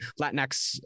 latinx